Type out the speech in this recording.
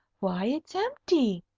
why, it's empty!